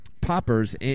poppers